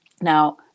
Now